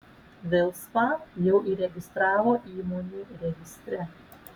vilspą jau įregistravo įmonių registre